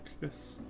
yes